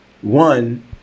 one